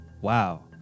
Wow